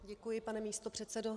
Děkuji, pane místopředsedo.